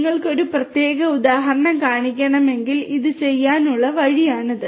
നിങ്ങൾക്ക് ഒരു പ്രത്യേക ഉദാഹരണം കാണിക്കണമെങ്കിൽ ഇത് ചെയ്യാനുള്ള വഴിയാണിത്